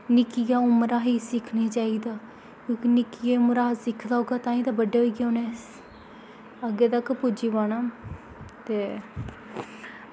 निक्की उमरा गै सिक्खना चाहिदा ते निक्की उमरा सिक्खे दा होगा ते ताहीं उ'नें बड्डे होइयै अग्गें सिक्खी पाना ते